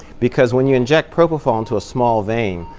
because when you inject propofol into a small vein,